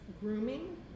Grooming